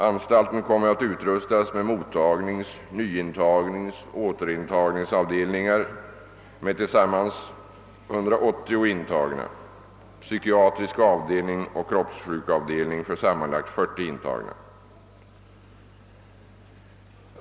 Anstalten kommer att utrustas med mottagnings-, nyintagningsoch återintagningsavdelningar för sammanlagt 180 intagna samt psykiatrisk avdelning och kroppssjukavdelning för sammanlagt 40 intagna.